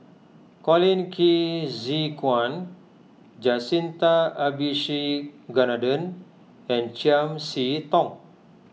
Colin Qi Zhe Quan Jacintha Abisheganaden and Chiam See Tong